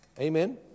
Amen